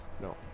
No